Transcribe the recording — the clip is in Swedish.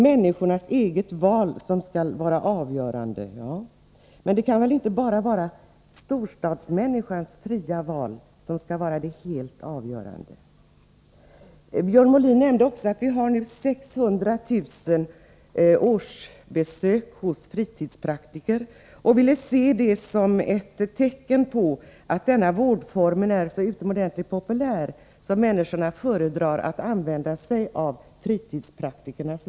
Människornas eget val skall vara avgörande, sade han. Men det är väl inte bara storstadsmänniskans fria val som skall vara avgörande. Björn Molin nämnde att vi har 600 000 årsbesök hos fritidspraktiker, och han ville se detta som ett tecken på att denna vårdform är så utomordentligt populär att människorna föredrar att använda sig av den.